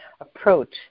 approach